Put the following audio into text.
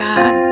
God